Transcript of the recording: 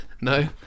no